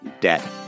Debt